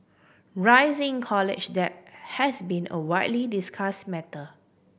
rising college debt has been a widely discussed matter